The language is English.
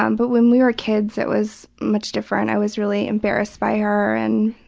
um but when we were kids it was much different. i was really embarrassed by her. and